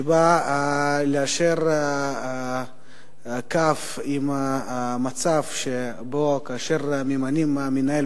ואשר באה ליישר קו עם המצב שבו כאשר ממנים מנהל